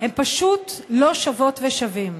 הם פשוט לא שוות ושווים.